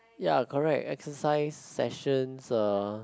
ya correct exercise sessions uh